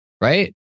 Right